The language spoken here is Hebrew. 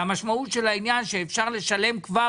והמשמעות של העניין היא שאפשר לשלם כבר